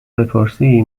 بپرسی